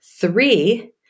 Three